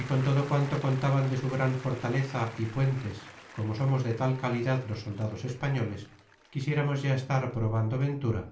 y con todo quanto contaban de su gran fortaleza y puentes como somos de tal calidad los soldados españoles quisiéramos ya estar probando ventura